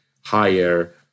higher